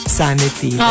sanity